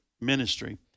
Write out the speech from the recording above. ministry